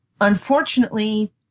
Unfortunately